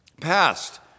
Past